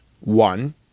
one